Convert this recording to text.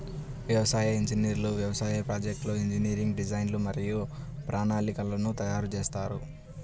వ్యవసాయ ఇంజనీర్లు వ్యవసాయ ప్రాజెక్ట్లో ఇంజనీరింగ్ డిజైన్లు మరియు ప్రణాళికలను తయారు చేస్తారు